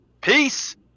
Peace